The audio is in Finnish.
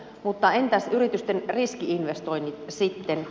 mutta entäs yritysten riski investoinnit sitten